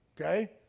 okay